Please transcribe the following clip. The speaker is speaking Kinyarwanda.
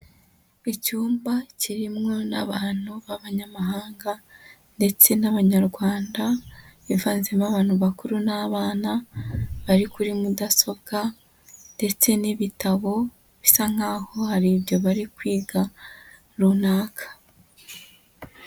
Icyumba kimwo n'abantu b'abanyamahanga ndetse n'abanyarwanda, bivanzemo abantu bakuru n'abana bari kuri mudasobwa ndetse n'ibitabo bisa nk'aho hari ibyo bari kwiga runaka.